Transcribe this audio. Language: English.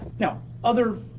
now, other